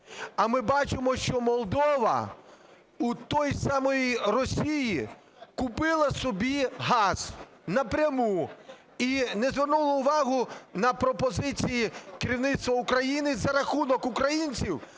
А ми бачимо, що Молдова у тої самої Росії купила собі газ напряму і не звернула увагу на пропозиції керівництва України за рахунок українців